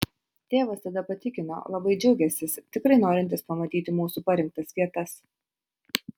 tėvas tada patikino labai džiaugiąsis tikrai norintis pamatyti mūsų parinktas vietas